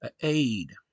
aid